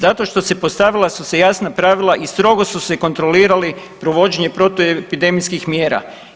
Zato što se postavila su se jasna pravila i strogo su se kontrolirali provođenje protuepidemijskih mjera.